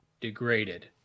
degraded